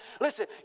listen